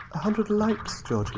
a hundred likes! georgie,